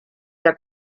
der